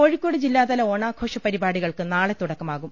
കോഴിക്കോട് ജില്ലാതല ഓണാഘോഷപരിപാടികൾക്ക് നാളെ തുട ക്കമാകും